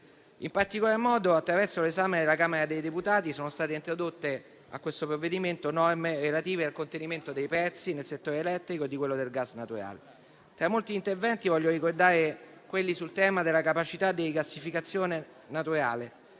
In particolar modo, attraverso l'esame della Camera dei deputati, sono state introdotte a questo provvedimento norme relative al contenimento dei prezzi nel settore elettrico e di quello del gas naturale. Tra i molti interventi voglio ricordare quelli sul tema della capacità di rigassificazione nazionale,